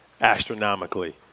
astronomically